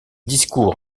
discours